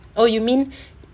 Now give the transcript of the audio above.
oh you mean